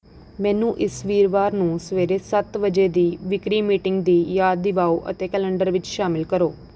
ਮੈਨੂੰ ਇਸ ਵੀਰਵਾਰ ਨੂੰ ਸਵੇਰੇ ਸੱਤ ਵਜੇ ਦੀ ਵਿਕਰੀ ਮੀਟਿੰਗ ਦੀ ਯਾਦ ਦਵਾਓ ਅਤੇ ਕੈਲੰਡਰ ਵਿੱਚ ਸ਼ਾਮਿਲ ਕਰੋ